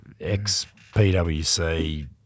ex-PWC